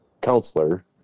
counselor